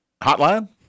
Hotline